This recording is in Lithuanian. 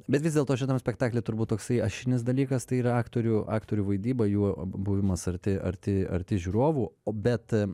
bet vis dėlto šiam spektakly turbūt toksai ašinis dalykas tai yra aktorių aktorių vaidyba jų buvimas arti arti arti žiūrovų bet